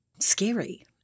Scary